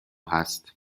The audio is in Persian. هست